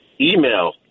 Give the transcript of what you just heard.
email